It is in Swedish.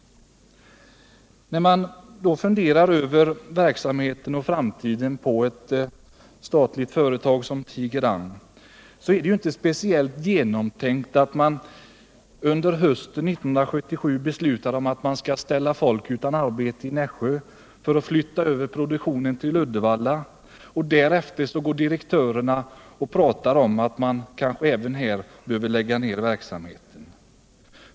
När det gäller den framtida verksamheten på ett statligt företag som Tiger Rang var det inte speciellt genomtänkt att man hösten 1977 beslutade att ställa folk utan arbete i Nässjö för att flytta över produktionen i Uddevalla och att direktörerna därefter talade om att man kanske även här måste lägga ned verksamheten.